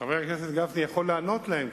חבר הכנסת יכול לענות להם,